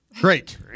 Great